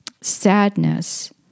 sadness